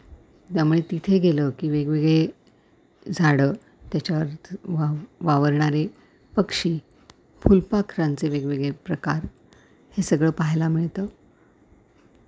त्यामुळे तिथे गेलं की वेगवेगळे झाडं त्याच्यावरती वा वावरणारे पक्षी फुलपाखरांचे वेगवेगळे प्रकार हे सगळं पाहायला मिळतं